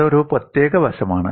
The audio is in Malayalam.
അതൊരു പ്രത്യേക വശമാണ്